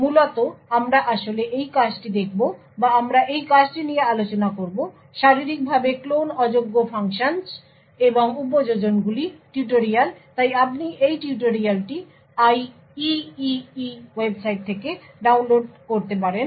মূলত আমরা আসলে এই কাজটি দেখব বা আমরা এই কাজটি নিয়ে আলোচনা করব শারীরিকভাবে ক্লোন অযোগ্য ফাংশনস এবং উপযোজনগুলি টিউটোরিয়াল তাই আপনি এই টিউটোরিয়ালটি IEEE ওয়েবসাইট থেকে এই ডাউনলোড করতে পারেন